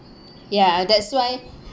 ya that's why